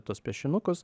tuos piešinukus